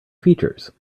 features